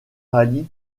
rallyes